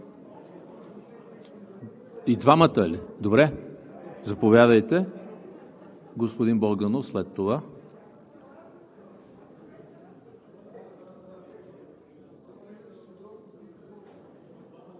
И двамата ли? Добре, заповядайте. Господин Богданов след това.